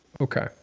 Okay